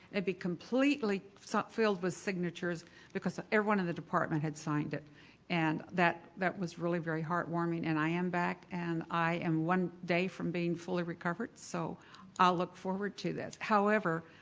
be completely field with signatures because everyone in the department had signed it and that that was really very heartwarming and i am back and i am one day from being fully recovered. so i'll look forward to this. however,